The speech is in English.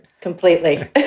Completely